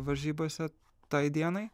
varžybose tai dienai